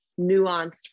nuanced